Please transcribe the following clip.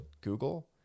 Google